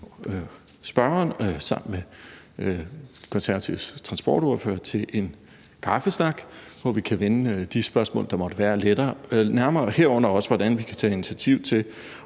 spørgeren sammen med De Konservatives transportordfører til en kaffesnak, hvor vi kan vende de spørgsmål, der måtte være, herunder også, hvordan vi kan tage initiativ til